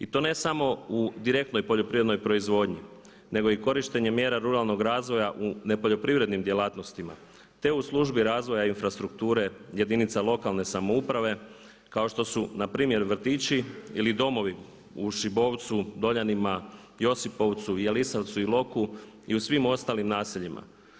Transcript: I to ne samo u direktnoj poljoprivrednoj proizvodnji nego i korištenjem mjera ruralnog razvoja u nepoljoprivrednim djelatnostima te u službi razvoja infrastrukture jedinica lokalne samouprave kao što su npr. vrtići ili domovi u Šibovcu, Doljanima, Josipovcu, Jelisavacu, Iloku i u svim ostalim naseljima.